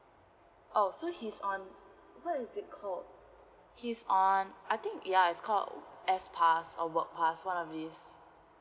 oh so he's on what is it call he is on I think ya is called S pass or work pass one of this